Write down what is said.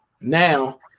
now